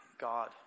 god